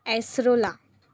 acerola